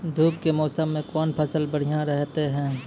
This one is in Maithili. धूप के मौसम मे कौन फसल बढ़िया रहतै हैं?